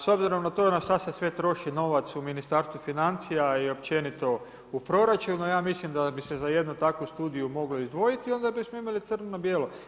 S obzirom na to na šta se sve troši novac u Ministarstvu financija i općenito u proračunu ja mislim da bi se za jednu takvu studiju moglo izdvojiti i onda bismo imali crno na bijelo.